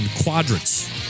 quadrants